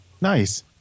nice